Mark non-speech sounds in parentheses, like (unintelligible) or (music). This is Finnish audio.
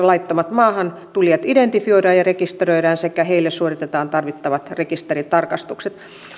(unintelligible) laittomat maahantulijat identifioidaan ja rekisteröidään sekä heille suoritetaan tarvittavat rekisteritarkastukset